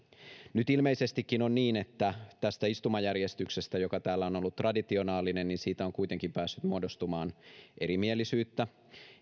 nyt ilmeisestikin on niin että tästä istumajärjestyksestä joka täällä on ollut traditionaalinen on kuitenkin päässyt muodostumaan erimielisyyttä